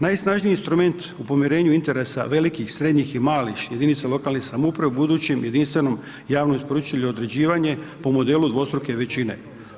Najsnažniji instrument u pomirenju interesa velikih, srednjih i malih jedinica lokalnih samouprava u budućem jedinstvenom javnom isporučitelju je određivanje po modelu dvostruke većine.